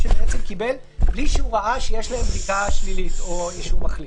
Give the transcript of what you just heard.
--- שקיבל בלי שהוא ראה שיש להם בדיקה שלילית או שהוא מחלים,